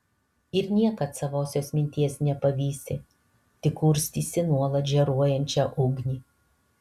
ir niekad savosios minties nepavysi tik kurstysi nuolat žėruojančią ugnį